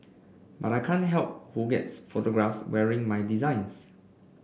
but I can't help who gets photographed wearing my designs